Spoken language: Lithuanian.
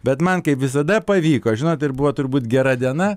bet man kaip visada pavyko žinot ir buvo turbūt gera diena